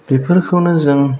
बिफोरखौनो जों